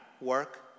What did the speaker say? work